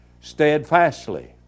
steadfastly